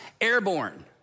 airborne